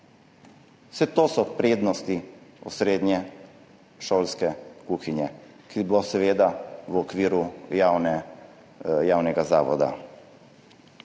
vse to so prednosti osrednje šolske kuhinje, ki bo seveda v okviru javnega zavoda.